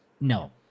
No